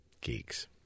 Geeks